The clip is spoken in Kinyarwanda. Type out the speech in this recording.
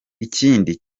ikindi